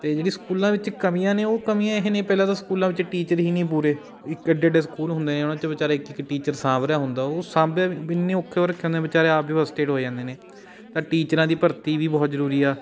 ਅਤੇ ਜਿਹੜੀ ਸਕੂਲਾਂ ਵਿੱਚ ਕਮੀਆਂ ਨੇ ਉਹ ਕਮੀਆਂ ਇਹ ਨੇ ਪਹਿਲਾਂ ਤਾਂ ਸਕੂਲਾਂ ਵਿੱਚ ਟੀਚਰ ਹੀ ਨਹੀਂ ਪੂਰੇ ਇੱਕ ਐਡੇ ਐਡੇ ਸਕੂਲ ਹੁੰਦੇ ਆ ਉਹਨਾਂ 'ਚ ਬੇਚਾਰੇ ਇੱਕ ਇੱਕ ਟੀਚਰ ਸਾਂਭ ਰਿਹਾ ਹੁੰਦਾ ਉਹ ਸਾਭਿਆਂ ਵੀ ਵੀ ਐਨੇ ਔਖੇ ਹੋ ਰੱਖੇ ਹੁੰਦੇ ਆ ਬੇਚਾਰੇ ਆਪ ਵੀ ਫਰੱਸਟਰੇਟ ਹੋ ਜਾਂਦੇ ਨੇ ਤਾਂ ਟੀਚਰਾਂ ਦੀ ਭਰਤੀ ਵੀ ਬਹੁਤ ਜ਼ਰੂਰੀ ਆ